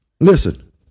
Listen